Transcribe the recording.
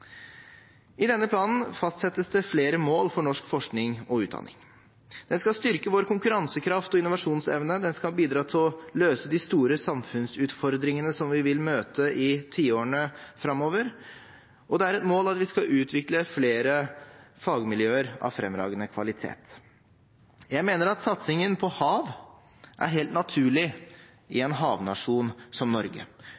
I denne planen fastsettes det flere mål for norsk forskning og utdanning. Den skal styrke vår konkurransekraft og innovasjonsevne, den skal bidra til å løse de store samfunnsutfordringene som vi vil møte i tiårene framover, og det er et mål at vi skal utvikle flere fagmiljøer av fremragende kvalitet. Jeg mener at satsingen på hav er helt naturlig i en havnasjon som Norge.